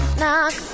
knock